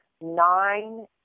nine